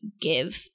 give